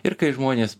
ir kai žmonės